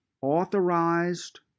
authorized